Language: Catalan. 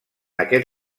aquest